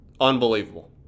Unbelievable